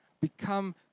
become